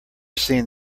seen